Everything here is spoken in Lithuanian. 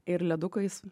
ir ledukais